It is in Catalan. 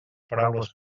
paraules